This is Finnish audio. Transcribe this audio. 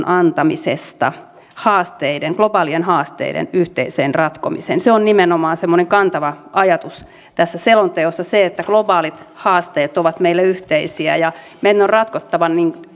antamisesta globaalien haasteiden yhteiseen ratkomiseen se on nimenomaan semmoinen kantava ajatus tässä selonteossa että globaalit haasteet ovat meille yhteisiä ja meidän on ratkottava